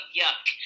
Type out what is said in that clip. yuck